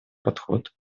подход